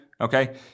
okay